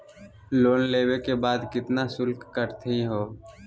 Loan लेवे के बाद केतना शुल्क कटतही हो?